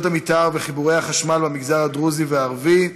המתאר וחיבורי החשמל במגזר הדרוזי והערבי,